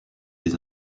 des